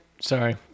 sorry